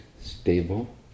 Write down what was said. stable